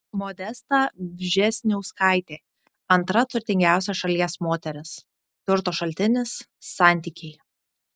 modesta vžesniauskaitė antra turtingiausia šalies moteris turto šaltinis santykiai